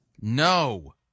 No